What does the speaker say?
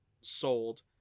sold